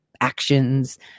actions